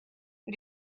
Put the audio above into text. but